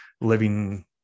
living